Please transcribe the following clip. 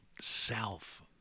self